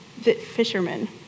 fishermen